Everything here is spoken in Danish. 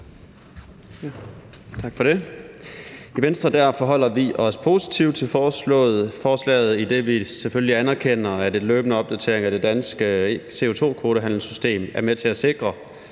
Tak for det. I Venstre forholder vi os positivt til forslaget, idet vi selvfølgelig anerkender, at en løbende opdatering af det danske CO2-kvotehandelssystem er med til at sikre,